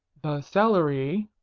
celery,